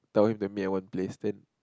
tell him to meet at one place then